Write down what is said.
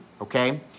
Okay